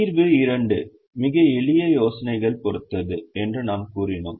தீர்வு இரண்டு மிக எளிய யோசனைகளைப் பொறுத்தது என்று நாம் கூறினோம்